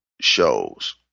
shows